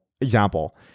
example